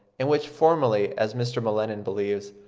and which formerly, as mr. m'lennan believes,